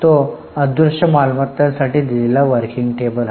तो अदृश्य मालमत्तासाठी दिलेला वर्किंग टेबल आहे